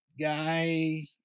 guy